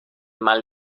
mal